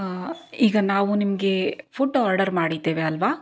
ಈಗ ನಾವು ನಿಮಗೆ ಫುಡ್ ಆರ್ಡರ್ ಮಾಡಿದ್ದೇವೆ ಅಲ್ವಾ